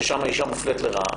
ששם אישה מופלית לרעה,